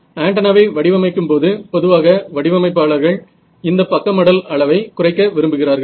ஆண்டனாவை வடிவமைக்கும்போது பொதுவாக வடிவமைப்பாளர்கள் இந்த பக்க மடல் அளவை குறைக்க விரும்புகிறார்கள்